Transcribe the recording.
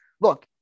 look